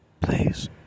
please